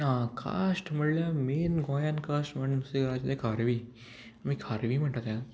आं कास्ट म्हणल्यार मेन गोंयान कास्ट म्हणल्यार नुस्तेंकारांची लायक खारवी आमी खारवी म्हणटा तें